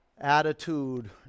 Attitude